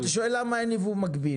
אתה שואל למה אין ייבוא מקביל.